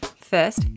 First